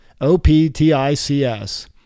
O-P-T-I-C-S